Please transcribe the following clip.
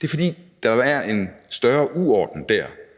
Det er, fordi der er en større uorden i